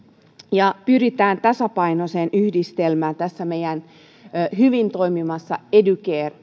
ja pyritään tasapainoiseen yhdistelmään tässä meidän hyvin toimivassa educare